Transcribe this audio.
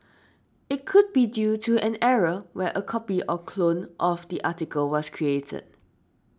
it could be due to an error where a copy or clone of the article was created